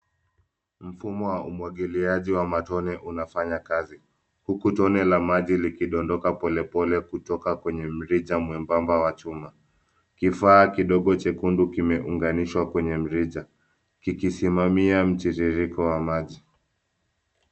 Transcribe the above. Mfumo wa umwagiliaji wa matone unafanya kazi huku tone likidondoka polepole kutoka kwenye mrija mwembamba wa chuma. Kifaa kidogo chekundu kimeunganishwa kwenye mrija likisimamia mtiririko wa maji.